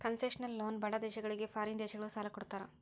concessional loan ಬಡ ದೇಶಗಳಿಗೆ foreign ದೇಶಗಳು ಸಾಲ ಕೊಡ್ತಾರ